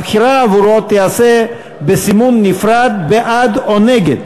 הבחירה עבורו תיעשה בסימון נפרד, בעד או נגד.